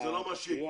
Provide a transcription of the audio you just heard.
לא, זה לא מה שיקרה.